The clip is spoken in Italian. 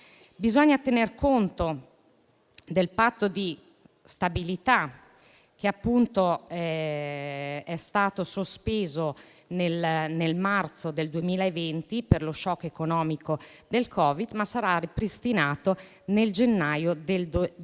Bisogna tener conto del Patto di stabilità, che è stato sospeso nel marzo 2020 per lo *shock* economico del Covid, ma che sarà ripristinato nel gennaio 2024.